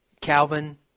Calvin